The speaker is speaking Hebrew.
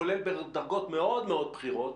כולל בדרגות מאוד מאוד בכירות,